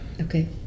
Okay